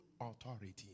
Authority